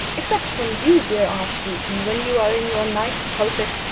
except from you, dear archdeacon, when you are in your nice pulpit.